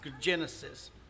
Genesis